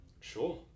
Sure